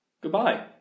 goodbye